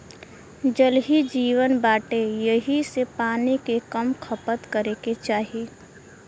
जल ही जीवन बाटे एही से पानी के कम खपत करे के चाही